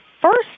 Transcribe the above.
first